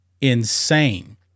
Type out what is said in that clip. insane